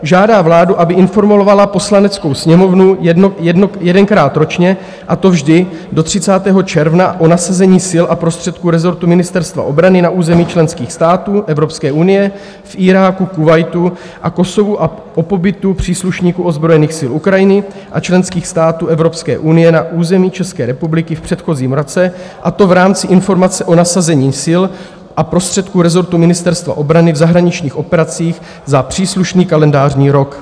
Žádá vládu, aby informovala Poslaneckou sněmovnu jedenkrát ročně, a to vždy do 30. června, o nasazení sil a prostředků rezortu Ministerstva obrany na území členských států Evropské unie, v Iráku, Kuvajtu a Kosovu a o pobytu příslušníků ozbrojených sil Ukrajiny a členských států Evropské unie na území České republiky v předchozím roce, a to v rámci informace o nasazení sil a prostředků rezortu Ministerstva obrany v zahraničních operacích za příslušný kalendářní rok.